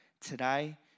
today